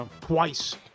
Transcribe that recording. Twice